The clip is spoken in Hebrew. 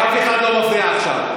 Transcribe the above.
אף אחד לא מפריע עכשיו.